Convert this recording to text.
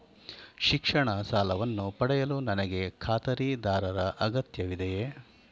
ಶಿಕ್ಷಣ ಸಾಲವನ್ನು ಪಡೆಯಲು ನನಗೆ ಖಾತರಿದಾರರ ಅಗತ್ಯವಿದೆಯೇ?